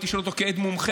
הייתי שואל אותו כעד מומחה,